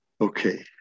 Okay